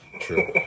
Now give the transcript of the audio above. True